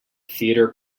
theater